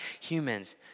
humans